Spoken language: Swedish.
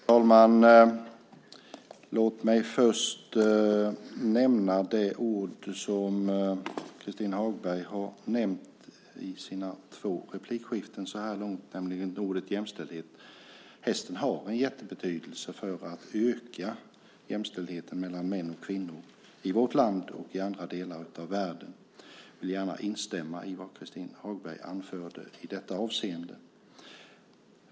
Herr talman! Låt mig först nämna det ord som Christin Hagberg har använt i sina två inlägg så här långt, nämligen ordet jämställdhet. Hästen har en jättebetydelse för att öka jämställdheten mellan män och kvinnor i vårt land och i andra delar av världen. Jag vill gärna instämma i det Christin Hagberg anförde i detta avseende.